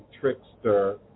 trickster